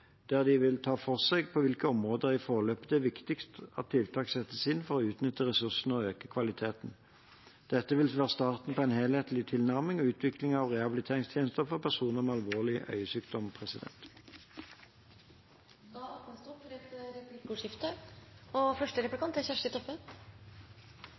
der de vil ta for seg på hvilke områder i forløpet det er viktigst at tiltak settes inn for å utnytte ressursene og øke kvaliteten. Dette vil være starten på en helhetlig tilnærming og utvikling av rehabiliteringstjenester til personer med alvorlig øyesykdom. Det blir replikkordskifte. Når det